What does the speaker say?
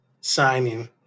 signing